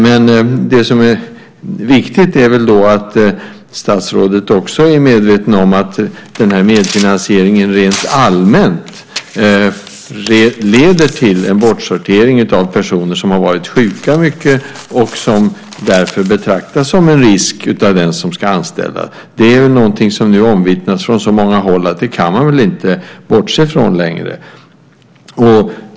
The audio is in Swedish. Men det som är viktigt är väl att statsrådet också är medveten om att den här medfinansieringen rent allmänt leder till en bortsortering av personer som har varit sjuka mycket och som därför betraktas som en risk av den som ska anställa. Det är någonting som har omvittnats från så många håll att man väl inte kan bortse från det längre.